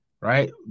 Right